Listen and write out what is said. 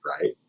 right